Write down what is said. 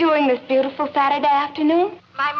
doing this beautiful saturday afternoon